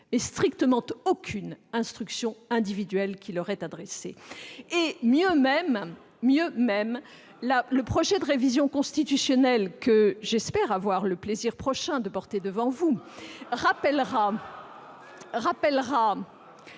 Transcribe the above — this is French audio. que strictement aucune instruction individuelle ne leur est adressée. Et mieux, même, le projet de révision constitutionnelle que j'espère avoir le plaisir prochain de porter devant vous conforte